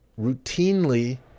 routinely